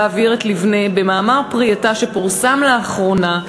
וירט-ליבנה במאמר פרי עטה שפורסם לאחרונה,